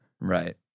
right